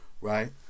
right